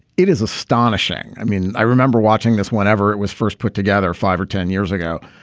it is astonishing. i mean, i remember watching this whenever it was first put together five or ten years ago.